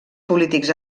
polítics